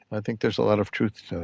i think there's a lot of truth to